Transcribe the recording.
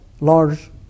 large